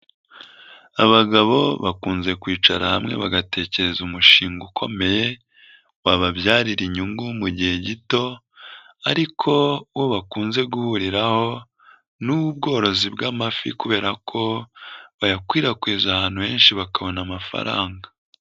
Abagabo bakunze kwicara hamwe bagatekereza umushinga ukomeye wababyarira inyungu mu gihe gito ariko uwo bakunze guhuriraho ni uw'ubworozi bw'amafi kubera ko bayakwirakwiza ahantu henshi bakabona amafaranga.